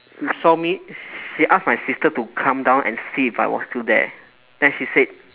she saw me she ask my sister to come down and see if I was still there then she said